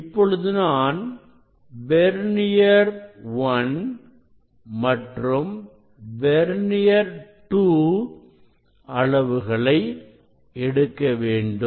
இப்பொழுது நான் வெர்னியர் 1 மற்றும் வெர்னியர் 2 அளவுகளை எடுக்க வேண்டும்